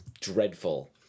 dreadful